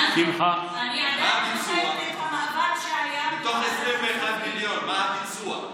מתוך 21 מיליון, מה הביצוע?